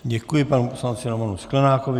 Děkuji panu poslanci Romanu Sklenákovi.